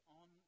on